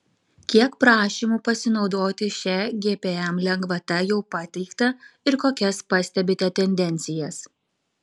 kiek prašymų pasinaudoti šia gpm lengvata jau pateikta ir kokias pastebite tendencijas